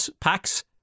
packs